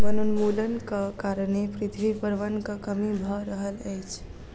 वनोन्मूलनक कारणें पृथ्वी पर वनक कमी भअ रहल अछि